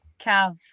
cav